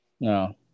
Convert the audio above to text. No